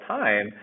time